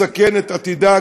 מסכן את עתידה,